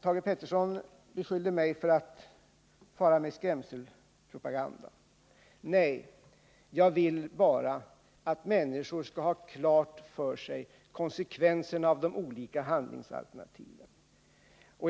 Thage Peterson beskyller mig för att fara med skrämselpropaganda. Det gör jag inte. Jag vill bara att människor skall ha klart för sig konsekvenserna av de olika handlingsalternativen.